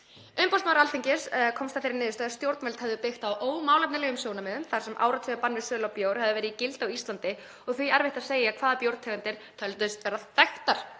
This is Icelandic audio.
Umboðsmaður Alþingis komst að þeirri niðurstöðu að stjórnvöld hefðu byggt á ómálefnalegum sjónarmiðum þar sem áratugalangt bann við sölu á bjór hefði verið í gildi á Íslandi og því erfitt að segja hvaða bjórtegundir teldust vera þekktar